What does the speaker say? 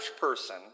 person